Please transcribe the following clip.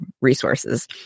resources